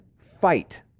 fight